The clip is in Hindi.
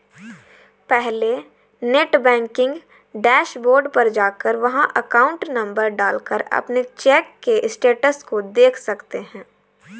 पहले नेटबैंकिंग डैशबोर्ड पर जाकर वहाँ अकाउंट नंबर डाल कर अपने चेक के स्टेटस को देख सकते है